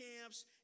camps